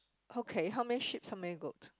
okay how many sheep's are male goat